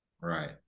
Right